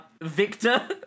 victor